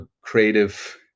creative